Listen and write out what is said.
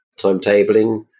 timetabling